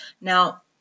Now